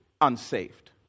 unsaved